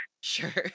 Sure